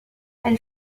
elle